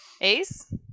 Ace